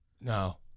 No